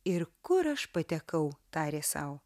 ir kur aš patekau tarė sau